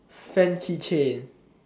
fan keychain